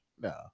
no